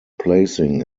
placing